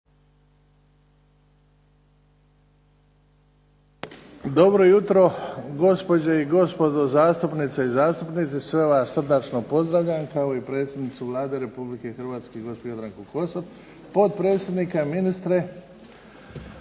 Dobro jutro gospođe i gospodo zastupnice i zastupnici, sve vas srdačno pozdravljam kao i predsjednicu Vlade Republike Hrvatske gospođu Jadranku Kosor, potpredsjednika, ministre.